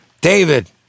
David